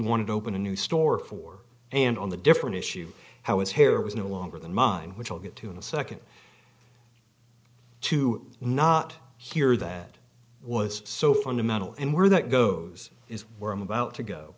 wanted to open a new store for and on the different issue how is here was no longer than mine which i'll get to in a nd to not here that was so fundamental and where that goes is where i'm about to go